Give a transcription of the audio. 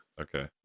okay